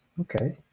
Okay